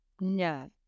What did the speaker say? no